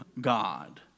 God